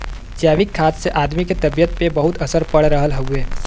जैविक खाद से आदमी के तबियत पे बहुते असर पड़ रहल हउवे